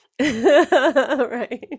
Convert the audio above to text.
Right